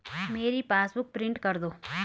मेरी passbook print कर दो